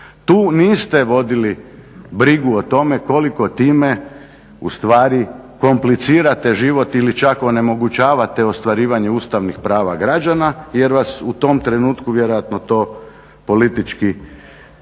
Tu niste vodili brigu o tome koliko time ustvari komplicirate život ili čak onemogućavate ostvarivanje Ustavnih prava građana jer vas u tom trenutku vjerojatno to politički